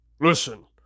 Listen